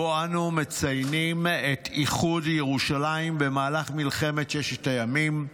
ובו אנו מציינים את איחוד ירושלים במהלך מלחמת ששת הימים,